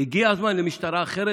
הגיע הזמן למשטרה אחרת,